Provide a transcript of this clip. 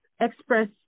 express